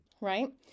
Right